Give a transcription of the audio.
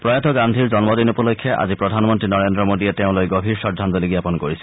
প্ৰয়াত গান্ধীৰ জন্ম দিন উপলক্ষে আজি প্ৰধানমন্ত্ৰী নৰেন্দ্ৰ মোদীয়ে তেওঁলৈ গভীৰ শ্ৰদ্ধাঞ্জলি জাপন কৰিছে